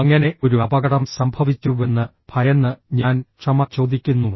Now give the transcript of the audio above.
അങ്ങനെ ഒരു അപകടം സംഭവിച്ചുവെന്ന് ഭയന്ന് ഞാൻ ക്ഷമ ചോദിക്കുന്നു